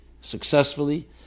successfully